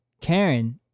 Karen